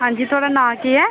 हांजी थुआढ़ा नांऽ केह् ऐ